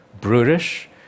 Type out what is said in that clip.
brutish